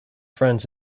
friends